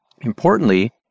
Importantly